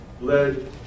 led